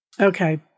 Okay